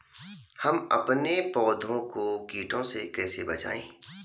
हम अपने पौधों को कीटों से कैसे बचाएं?